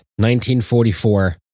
1944